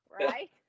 right